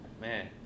Man